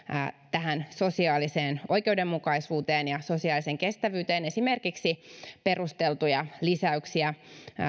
tähän sosiaaliseen oikeudenmukaisuuteen ja sosiaaliseen kestävyyteen esimerkiksi perusteltuja lisäyksiä